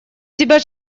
тебя